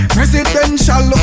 Presidential